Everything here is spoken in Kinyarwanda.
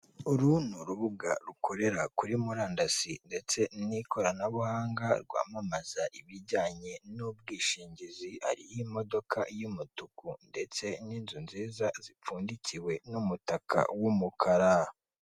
Uru ni urubuga rukorera kuri murandasi ndetse n'ikoranabuhanga, rwamamaza ibijyanye n'ubwishingizi hariho imodoka y'umutuku ndetse n'inzu nziza zipfundikiwe n'umutaka w'umukara.